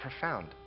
profound